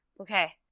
okay